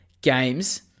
games